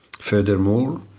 Furthermore